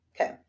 Okay